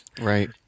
Right